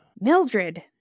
Mildred